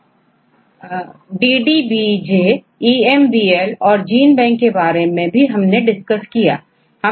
अभी तक हमने डाई न्यूक्लियोटाइड प्रॉपर्टीज साथ ही न्यूक्लियोटाइड प्रॉपर्टीज डाटाबेस डिस्कस किए